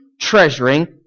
treasuring